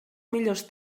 millors